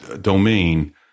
domain